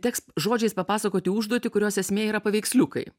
teks žodžiais papasakoti užduotį kurios esmė yra paveiksliukai